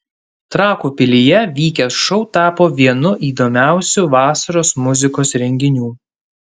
trakų pilyje vykęs šou tapo vienu įdomiausių vasaros muzikos renginių